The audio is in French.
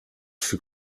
fut